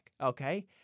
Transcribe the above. okay